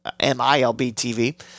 MILB-TV